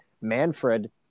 Manfred